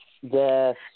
Yes